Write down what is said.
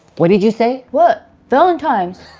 what did you say? what? valentimes.